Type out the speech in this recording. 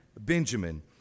Benjamin